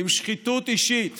ואם שחיתות אישית